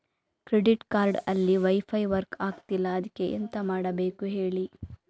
credit card ಅಲ್ಲಿ wifi work ಆಗ್ತಿಲ್ಲ ಅದ್ಕೆ ಎಂತ ಮಾಡಬೇಕು ಹೇಳಿ